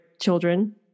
children